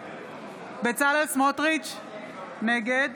בצלאל סמוטריץ' נגד